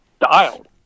dialed